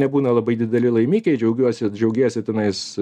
nebūna labai dideli laimikiai džiaugiuosi džiaugiesi tenais